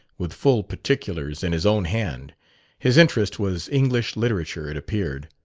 with full particulars in his own hand his interest was english literature, it appeared.